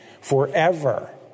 forever